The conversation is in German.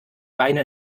beine